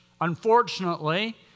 unfortunately